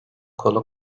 kolu